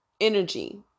energy